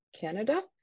Canada